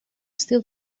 still